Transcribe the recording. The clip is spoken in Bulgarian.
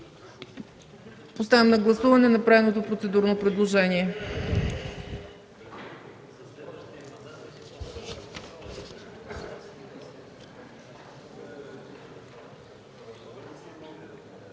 Поставям на гласуване направеното процедурно предложение.